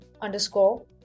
underscore